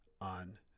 on